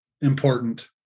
important